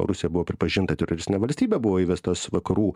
rusija buvo pripažinta teroristine valstybe buvo įvestos vakarų